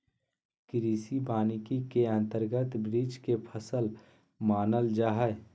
कृषि वानिकी के अंतर्गत वृक्ष के फसल मानल जा हइ